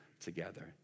together